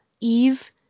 eve